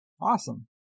Awesome